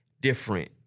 different